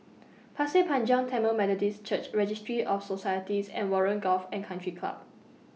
Pasir Panjang Tamil Methodist Church Registry of Societies and Warren Golf and Country Club